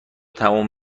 تموم